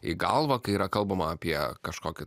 į galvą kai yra kalbama apie kažkokį